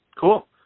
cool